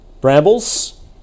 brambles